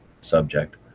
subject